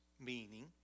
meaning